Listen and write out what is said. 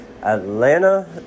Atlanta